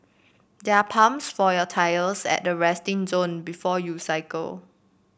there are pumps for your tyres at the resting zone before you cycle